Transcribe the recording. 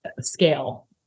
Scale